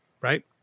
right